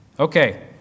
Okay